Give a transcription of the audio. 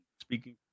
speaking